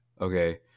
Okay